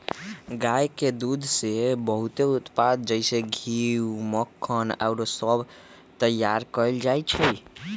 गाय के दूध से बहुते उत्पाद जइसे घीउ, मक्खन आउरो सभ तइयार कएल जाइ छइ